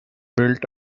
built